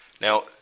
Now